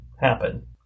happen